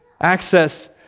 access